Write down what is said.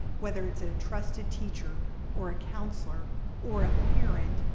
whether it's a trusted teacher or a counselor or a parent,